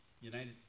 United